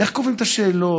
איך קובעים את השאלות?